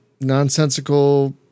nonsensical